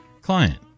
Client